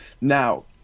now